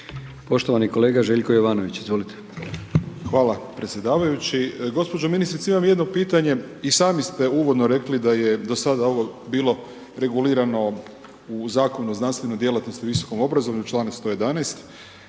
poštovani kolega Željko Jovanović, izvolite. **Jovanović, Željko (SDP)** Hvala predsjedavajući. Gospođo ministrice, imam jedno pitanje, i sami ste uvodno rekli da je do sada ovo bili regulirano u Zakonu o znanstvenoj djelatnosti i visokom obrazovanju, članak 111.,